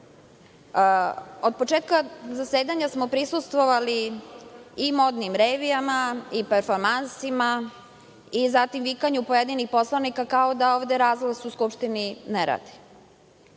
početka zasedanja smo prisustvovali i modnim revijama i performansama i zatim vikanju pojedinih poslanika kao da ovde razglas Skupštini ne radi,